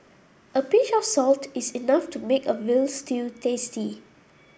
a pinch of salt is enough to make a veal stew tasty